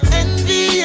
envy